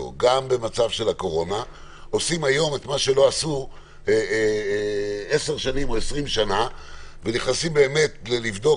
עושה היום את מה שהיא לא עשתה 20 שנים ונכנסת לבדוק